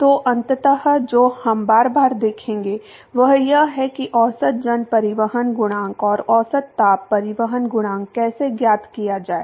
तो अंतत जो हम बार बार देखेंगे वह यह है कि औसत जन परिवहन गुणांक और औसत ताप परिवहन गुणांक कैसे ज्ञात किया जाए